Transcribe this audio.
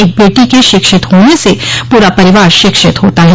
एक बेटी के शिक्षित होने से पूरा परिवार शिक्षित होता है